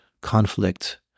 conflict